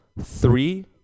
three